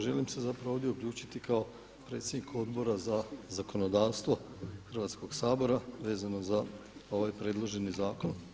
Želim se zapravo ovdje uključiti kao predsjednik Odbora za zakonodavstvo Hrvatskog sabora vezano za ovaj predloženi zakon.